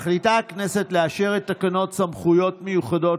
מחליטה הכנסת לאשר את תקנות סמכויות מיוחדות